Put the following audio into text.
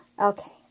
Okay